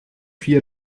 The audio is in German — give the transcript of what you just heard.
vier